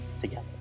together